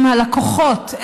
עם הלקוחות,